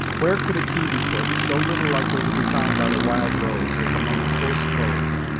where could a key be put, so little likely to be found by the wild rose, as among coarse clothes?